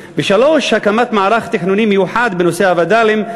3. הוקם מערך תכנוני מיוחד בנושא הווד"לים,